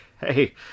hey